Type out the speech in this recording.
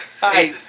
Hi